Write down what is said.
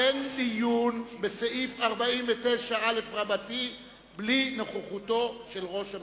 אין דיון בסעיף 49א בלי נוכחותו של ראש הממשלה.